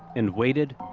and waited.